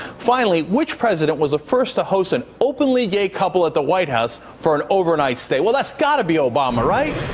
finally, which president was the first to host an openly-gay couple at the white house for an overnight stay? well that's got to be obama, right?